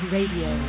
Radio